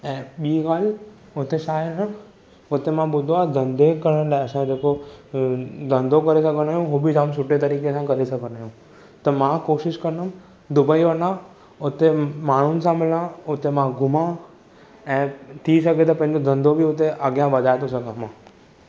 ऐं बीं ॻाल्हि हुते छा आहे न हुते मां ॿुधो आहे धंधे करण लाइ असां जेको धंधो करे सघंदा आहियूं उहो बि जाम सुठे तरीके सां करे सघंदा आहियूं त मां कोशिशि कंदुमि दुबई वञा हुते माण्हुनि सां मिलां हुते मां घुमां ऐं थी सघे त पंहिंजो धंधो बि हुते अॻियां वधाए थो सघां मां